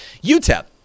UTEP